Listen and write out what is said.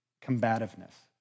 combativeness